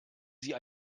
sie